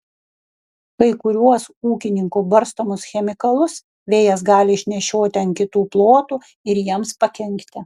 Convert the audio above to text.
kai kuriuos ūkininkų barstomus chemikalus vėjas gali išnešioti ant kitų plotų ir jiems pakenkti